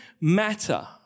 matter